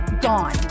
gone